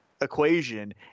equation